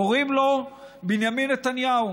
קוראים לו בנימין נתניהו,